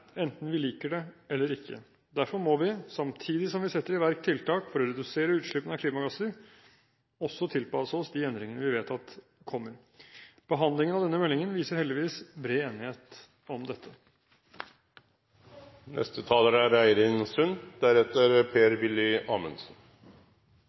enten vi liker det eller ikke. Derfor må vi, samtidig som vi setter i verk tiltak for å redusere utslippene av klimagasser, tilpasse oss de endringene vi vet at kommer. Behandlingen av denne meldingen viser heldigvis bred enighet om dette. Klimaendringene er